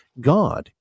God